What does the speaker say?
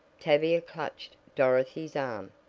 tavia clutched dorothy's arm.